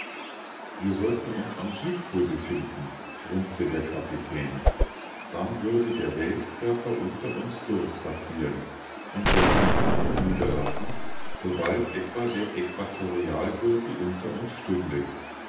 wir sollten uns am südpol befinden brummte der kapitän dann würde der weltkörper unter uns durchpassieren und wir könnten uns niederlassen sobald etwa der äquatorialgürtel unter uns stünde